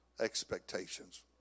expectations